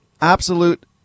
absolute